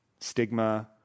stigma